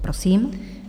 Prosím.